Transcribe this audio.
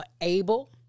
able